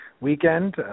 Weekend